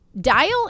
dial